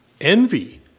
envy